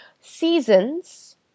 seasons